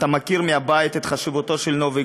אתה מכיר מהבית את חשיבותו של נובי